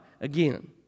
again